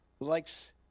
likes